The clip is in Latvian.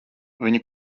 viņa